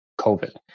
COVID